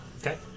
Okay